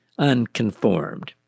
unconformed